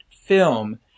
film